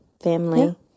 family